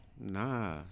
Nah